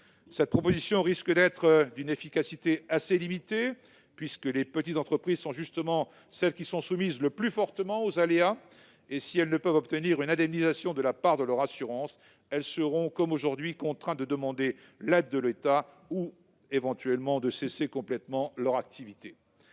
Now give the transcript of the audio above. Cette proposition risque donc d'être d'une efficacité assez limitée, les petites entreprises étant aussi celles qui sont le plus fortement soumises aux divers aléas. Si elles ne peuvent obtenir une indemnisation de la part de leur assurance, elles seront comme aujourd'hui contraintes de demander l'aide de l'État ou éventuellement de cesser complètement leur activité.